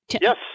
Yes